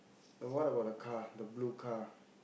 then what about the car the blue car